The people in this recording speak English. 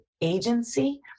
agency